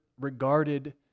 regarded